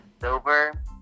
silver